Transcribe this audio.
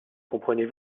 comprenez